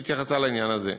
שהיא התייחסה לעניין הזה.